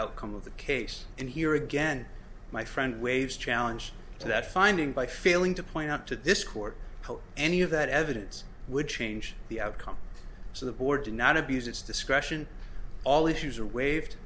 outcome of the case and here again my friend waives challenge that finding by failing to point out to this court any of that evidence would change the outcome so the board did not abused its discretion all issues